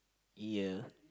ya